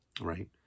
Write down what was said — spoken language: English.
right